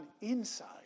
inside